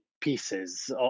pieces